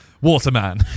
Waterman